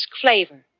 flavor